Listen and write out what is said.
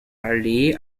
allee